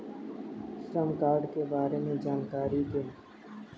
श्रम कार्ड के बारे में जानकारी दें?